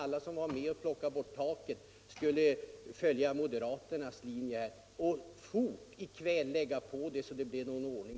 alla som var med om att ta bort avgiftstaket — borde ansluta sig till moderaternas linje och i kväll fort lägga på det taket igen så att det blir någon ordning.